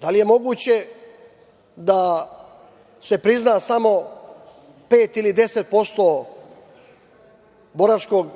Da li je moguće da se prizna samo 5% ili 10% boračkog